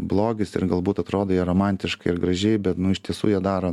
blogis ir galbūt atrodo jie romantiškai ir gražiai bet nu iš tiesų jie darom